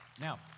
Now